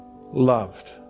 loved